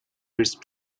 first